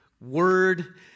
Word